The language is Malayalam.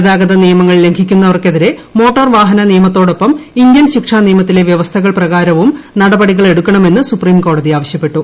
ഗതാഗത നിയമങ്ങൾ ലംഘിക്കുന്ന വർക്കെതിരെ മോട്ടോർ വാഹന നിയമത്തോടൊപ്പം ഇന്ത്യൻ ശിക്ഷാ നിയമത്തിലെ വ്യവസ്ഥകൾ പ്രകാരവും നടപടികളെടുക്കണമെന്ന് സുപ്രീംകോടതി ആവശ്യപ്പെട്ടു